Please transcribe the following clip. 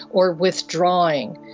or withdrawing,